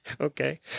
okay